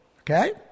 Okay